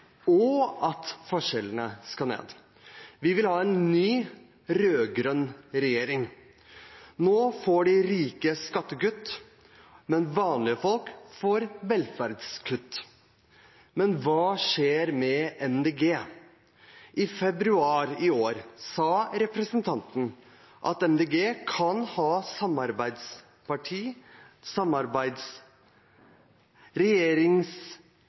Vi vil ha en ny rød-grønn regjering. Nå får de rike skattekutt, mens vanlige folk får velferdskutt. Men hva skjer med Miljøpartiet De Grønne? I februar i år sa representanten at Miljøpartiet De Grønne kan ha